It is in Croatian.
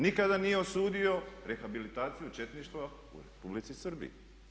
Nikada nije osudio rehabilitaciju četništva u Republici Srbiji.